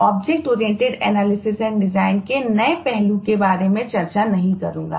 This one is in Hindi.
object oriented analysis and design के नए पहलू के बारे में चर्चा नहीं करूंगा